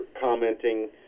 commenting